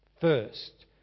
first